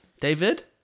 David